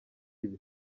ibi